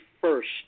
first